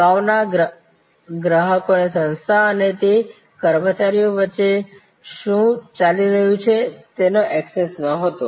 અગાઉના ગ્રાહકોને સંસ્થા અને તે કર્મચારીઓ વચ્ચે શું ચાલી રહ્યું હતું તેનો ઍક્સેસ ન હતો